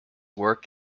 work